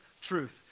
truth